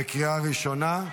בקריאה ראשונה.